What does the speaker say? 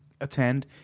Attend